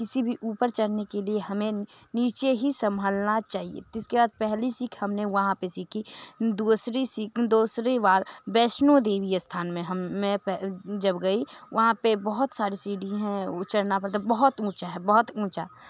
किसी भी ऊपर चढ़ने के लिए हमें नीचे ही संभालना चहिए तो इसके बाद पहली सीख हमने वहाँ पर सीखी दूसरी सीख दूसरी बार वैष्णो देवी स्थान में हम मैं पह जब गई वहाँ पर बहुत सारी सीढ़ियाँ हैं वे चढ़ना पड़ता है बहुत ऊँचा है बोहौत ऊँचा